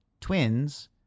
Twins